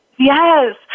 Yes